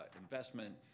investment